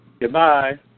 Goodbye